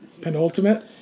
Penultimate